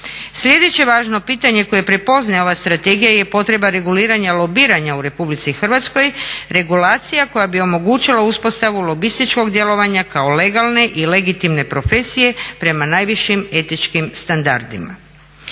Sljedeće važno pitanje koje prepoznaje ova strategija je potreba reguliranja lobiranja u RH, regulacija koja bi omogućila uspostavu lobističkog djelovanja kao legalne i legitimne profesije prema najvišim etičkim standardima.